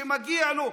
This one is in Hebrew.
שמגיע לו,